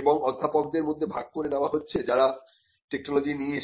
এবং অধ্যাপকদের মধ্যে ভাগ করে নেওয়া হচ্ছে যারা টেকনোলজি নিয়ে এসেছে